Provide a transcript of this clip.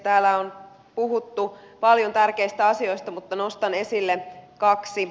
täällä on puhuttu paljon tärkeistä asioista mutta nostan esille kaksi